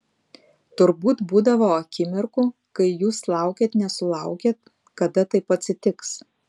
turbūt būdavo akimirkų kai jūs laukėt nesulaukėt kada taip atsitiks